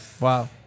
Wow